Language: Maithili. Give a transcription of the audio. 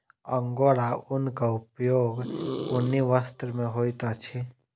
अंगोरा ऊनक उपयोग ऊनी वस्त्र में होइत अछि